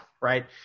right